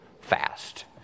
fast